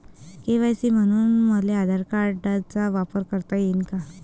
KYC म्हनून मले आधार कार्डाचा वापर करता येईन का?